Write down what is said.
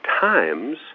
times